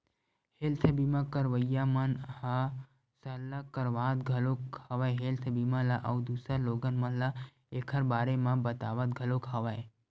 health बीमा करवइया मन ह सरलग करवात घलोक हवय हेल्थ बीमा ल अउ दूसर लोगन मन ल ऐखर बारे म बतावत घलोक हवय